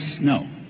no